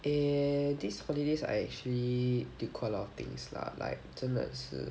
eh this holidays I actually did quite a lot of things lah like 真的是